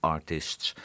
Artists